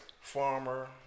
farmer